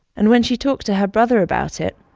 and when she talked to her brother about it.